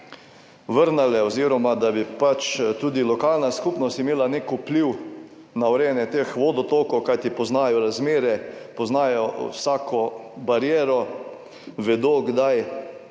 vrnile oziroma da bi tudi lokalna skupnost imela nek vpliv na urejanje teh vodotokov, kajti poznajo razmere, poznajo vsako bariero, vedo kdaj